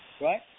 Right